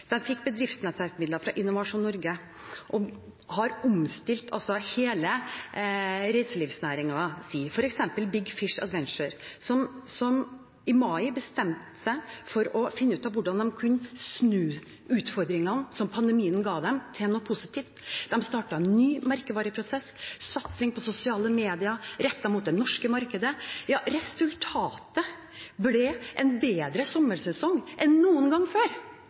fikk bedriftsnettverksmidler fra Innovasjon Norge og har omstilt hele reiselivsnæringen, f.eks. Big Fish Adventure, som i mai bestemte seg for å finne ut av hvordan man kunne snu utfordringene pandemien ga dem, til noe positivt. De startet en ny merkevareprosess: satsing på sosiale medier rettet mot det norske markedet. Resultatet ble en bedre sommersesong enn noen gang før.